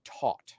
taught